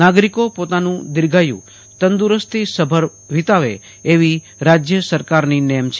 નાગરિકો પોતાનું દીર્ઘાયુ તંદ્દરસ્તીસભર વીતાવે એવી રાજય સરકારની નેમ છે